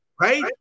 right